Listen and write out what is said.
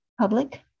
public